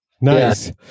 Nice